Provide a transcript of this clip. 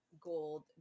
gold